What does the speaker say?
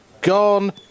Gone